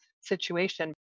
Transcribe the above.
situation